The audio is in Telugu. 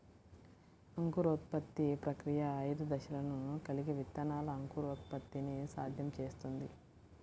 అంకురోత్పత్తి ప్రక్రియ ఐదు దశలను కలిగి విత్తనాల అంకురోత్పత్తిని సాధ్యం చేస్తుంది